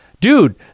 dude